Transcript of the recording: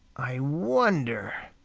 i wonder,